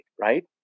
right